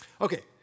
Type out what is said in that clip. Okay